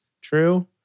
true